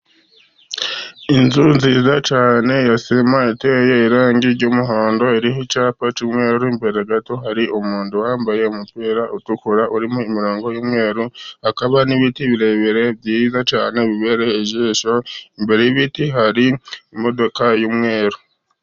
Inzu nziza cyane ya sima iteye irangi ry'umuhondo. Iriho icyapa cy'umweru. Imbere gato hari umuntu wambaye umupira utukura urimo imirongo y'umweru, hakaba n'ibiti birebire byiza cyane bibereye ijisho. Imbere y'ibiti hari imodoka y'umweru.